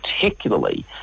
particularly